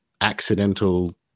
accidental